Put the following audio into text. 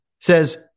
says